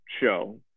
show